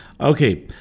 Okay